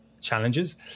challenges